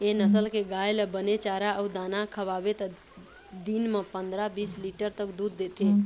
ए नसल के गाय ल बने चारा अउ दाना खवाबे त दिन म पंदरा, बीस लीटर तक दूद देथे